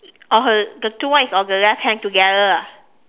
on her the two one is on the left hand together ah